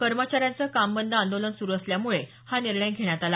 कर्मचाऱ्यांचं कामबंद आंदोलन सुरु असल्यामुळे हा निर्णय घेण्यात आला